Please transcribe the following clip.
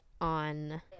on